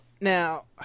Now